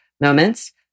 moments